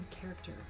character